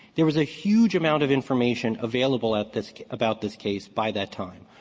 there was a huge amount of information available at this about this case by that time.